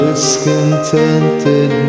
discontented